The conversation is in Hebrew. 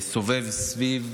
סובב סביב